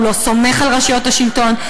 הוא לא סומך על רשויות השלטון,